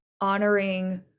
honoring